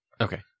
okay